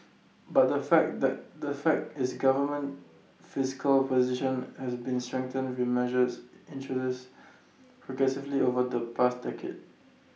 but the fact that the fact is the government's fiscal position has been strengthened with measures introduced progressively over the past decade